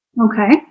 Okay